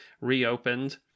reopened